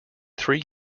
three